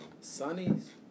Sonny's